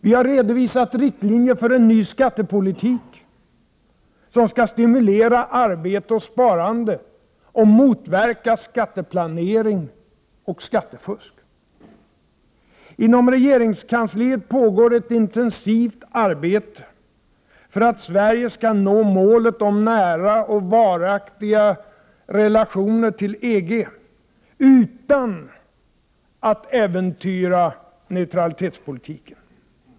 Vi har redovisat riktlinjer för en ny skattepolitik som skall stimulera arbete och sparande och motverka skatteplanering och skattefusk. - Inom regeringskansliet pågår ett intensivt arbete för att Sverige skall nå målet om nära och varaktiga relationer till EG utan att äventyra neutralitetspolitiken.